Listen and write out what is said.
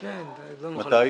מתי?